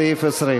סעיף תקציבי